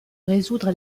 résoudre